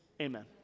Amen